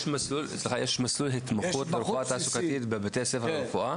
יש מסלול התמחות ברפואה תעסוקתית בבתי הספר לרפואה?